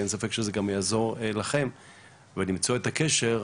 ואין ספק שזה יעזור גם לכם למצוא את הקשר.